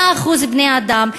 100% בני-אדם,